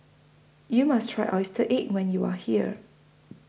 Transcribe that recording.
YOU must Try Oyster Cake when YOU Are here